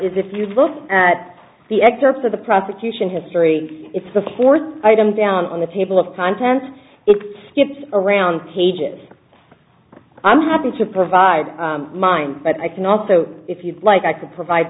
is if you look at the excerpts of the prostitution history it's the fourth item down on the table of contents it skips around pages i'm happy to provide mine but i can also if you'd like i could provide